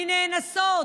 מנאנסות,